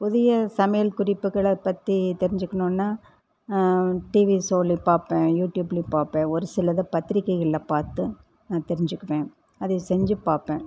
புதிய சமையல் குறிப்புகளை பற்றி தெரிஞ்சுக்கணுன்னா டிவி ஷோவ்லேயும் யூடியூப்லேயும் பார்ப்பேன் ஒரு சிலதை பத்திரிகைகளில் பார்த்தும் நான் தெரிஞ்சுக்குவேன் அதை செஞ்சு பார்ப்பேன்